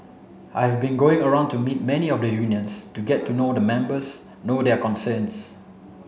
I have been going around to meet many of the unions to get to know the members know their concerns